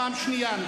פעם שנייה.